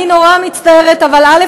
אני נורא מצטערת אבל א.